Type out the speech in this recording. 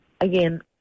again